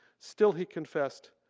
still he confessed,